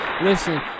Listen